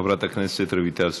חברת הכנסת רויטל סויד.